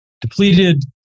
depleted